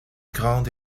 grande